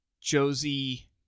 Josie